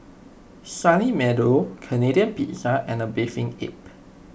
Sunny Meadow Canadian Pizza and A Bathing Ape